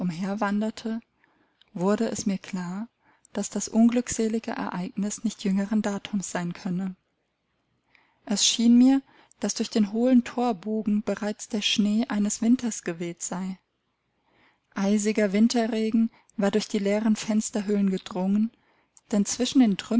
wanderte wurde es mir klar daß das unglückselige ereignis nicht jüngeren datums sein könne es schien mir daß durch den hohlen thorbogen bereits der schnee eines winters geweht sei eisiger winterregen war durch die leeren fensterhöhlen gedrungen denn zwischen den